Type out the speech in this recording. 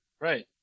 Right